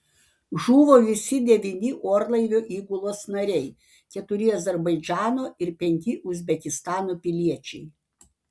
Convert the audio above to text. žuvo visi devyni orlaivio įgulos nariai keturi azerbaidžano ir penki uzbekistano piliečiai